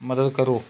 ਮਦਦ ਕਰੋ